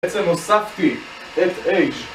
בעצם הוספתי את H